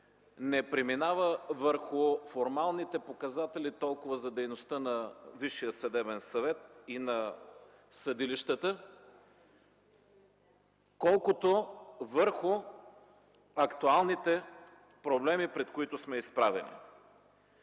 не преминава толкова върху формалните показатели за дейността на Висшия съдебен съвет и на съдилищата, колкото върху актуалните проблеми, пред които сме изправени.